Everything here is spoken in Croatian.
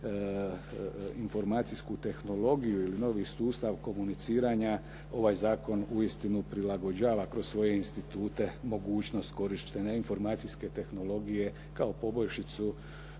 informacijsku tehnologiju ili novi sustav komuniciranja. Ovaj zakon uistinu prilagođava kroz svoje institute mogućnost korištenja informacijske tehnologije kao poboljšicu